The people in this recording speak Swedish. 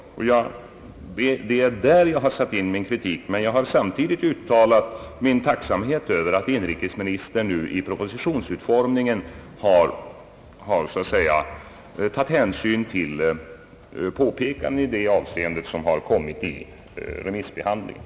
Det är på denna punkt jag har satt in min kritik, men jag har samtidigt uttalat min tacksamhet över att inrikesministern nu vid utformningen av propositionen har så att säga tagit hänsyn till det påpekande, som gjorts i detta avseende under remissbehandlingen.